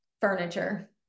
furniture